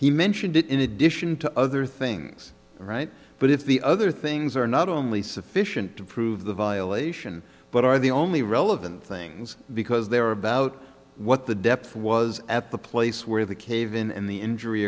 he mentioned it in addition to other things right but if the other things are not only sufficient to prove the violation but are the only relevant things because they were about what the depth was at the place where the cave in and the injury